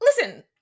listen